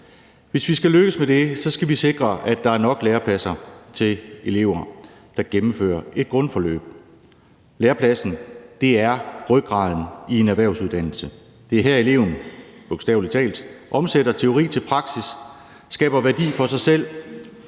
Hvis vi skal lykkes med det, skal vi sikre, at der er nok lærepladser til elever, der gennemfører et grundforløb. Lærepladsen er rygraden i en erhvervsuddannelse. Det er her, eleven – bogstavelig talt – omsætter teori til praksis, skaber værdi for sig selv,